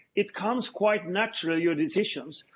it comes quite natural your decisions.